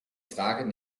frage